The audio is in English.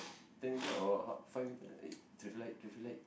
ten meter or five meter uh traffic light traffic light